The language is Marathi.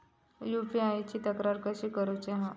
यू.पी.आय ची तक्रार कशी करुची हा?